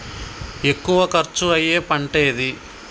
ఎక్కువ ఖర్చు అయ్యే పంటేది?